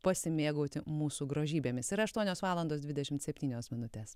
pasimėgauti mūsų grožybėmis yra aštuonios valandos dvidešimt septynios minutės